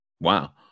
Wow